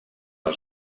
les